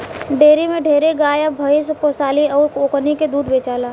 dairy में ढेरे गाय आ भइस पोसाली अउर ओकनी के दूध बेचाला